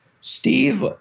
Steve